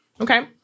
okay